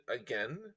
again